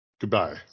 Goodbye